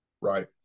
Right